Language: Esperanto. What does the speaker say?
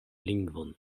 lingvon